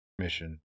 mission